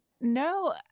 No